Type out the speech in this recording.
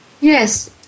Yes